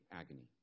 agony